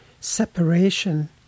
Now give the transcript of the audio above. separation